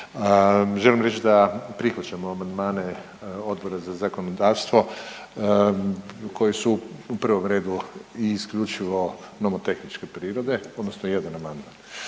želim reći da prihvaćamo amandmane Odbora za zakonodavstvo koji su u prvom redu i isključivo nomotehničke prirode odnosno jedan amandman.